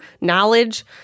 knowledge